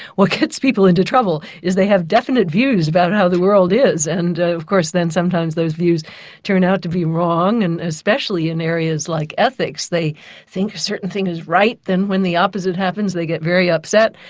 what gets people into trouble is they have definite views about how the world is, and of course then sometimes those views turn out to be wrong and especially in areas like ethics, they think a certain thing is right, then when the opposite happens, they get very upset.